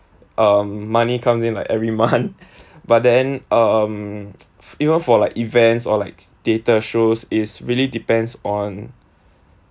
um money comes in like every month but then um even for like events or like theatre shows it's really depends on